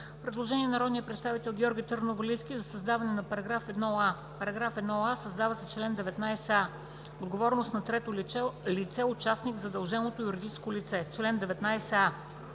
Предложение на народния представител Георги Търновалийски за създаване на § 1а: „§ 1а. Създава се чл. 19а: „Отговорност на трето лице – участник в задълженото юридическо лице. Чл. 19а.